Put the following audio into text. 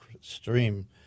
stream